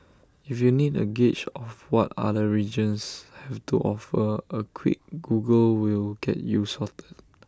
if you need A gauge of what other regions have to offer A quick Google will get you sorted